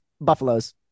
Buffaloes